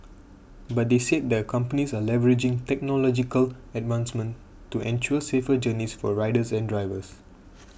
but they said the companies are leveraging technological advancements to ensure safer journeys for riders and drivers